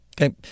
Okay